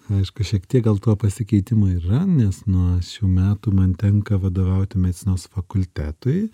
aišku šiek tiek gal tuo pasikeitimų yra nes nuo šių metų man tenka vadovauti medicinos fakultetui